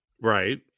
right